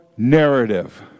Narrative